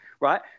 right